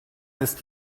ist